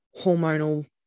hormonal